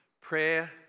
Prayer